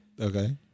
okay